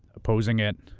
opposing it,